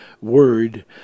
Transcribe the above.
word